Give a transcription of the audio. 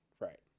Right